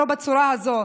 לא בצורה הזאת.